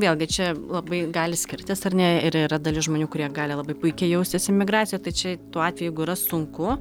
vėlgi čia labai gali skirtis ar ne ir yra dalis žmonių kurie gali labai puikiai jaustis emigracijoj tai čia tuo atveju jeigu yra sunku